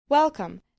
Welcome